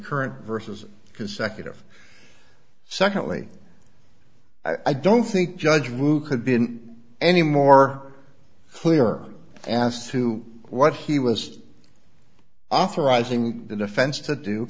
current versus consecutive secondly i don't think judge move could be any more clear as to what he was authorizing the defense to do